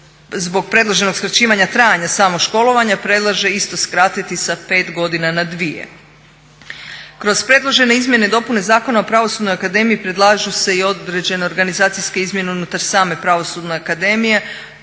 zbog predloženog skraćivanja trajanja samog školovanja predlaže isto skratiti sa 5 godina na 2. Kroz predložene izmjene i dopune Zakona o Pravosudnoj akademiji predlažu se i određene organizacijske izmjene unutar same Pravosudne akademije,